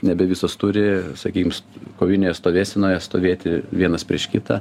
nebe visos turi sakykim s kovinėje stovėsenoje stovėti vienas prieš kitą